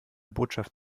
botschaft